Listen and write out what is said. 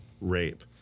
rape